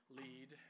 lead